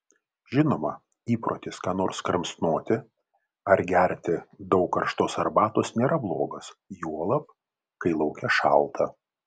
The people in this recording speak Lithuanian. žinoma įprotis ką nors kramsnoti ar gerti daug karštos arbatos nėra blogas juolab kai lauke šalta